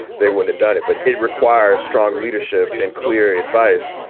they want it done it, but it requires strong leadership and clear advice.